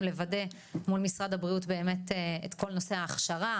לוודא מול משרד הבריאות באמת את כל נושא ההכשרה,